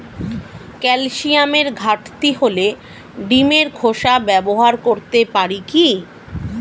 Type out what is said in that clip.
ক্যালসিয়ামের ঘাটতি হলে ডিমের খোসা ব্যবহার করতে পারি কি?